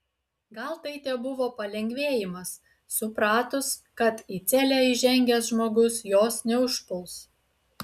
gal tai tebuvo palengvėjimas supratus kad į celę įžengęs žmogus jos neužpuls